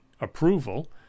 approval